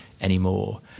anymore